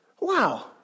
Wow